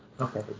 Okay